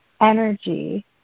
energy